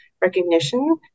Recognition